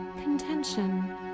contention